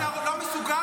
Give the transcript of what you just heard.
אתה לא מסוגל?